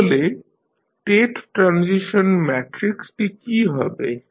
তাহলে state transition ম্যাট্রিক্সটি কী হবে